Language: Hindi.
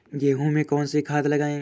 गेहूँ में कौनसी खाद लगाएँ?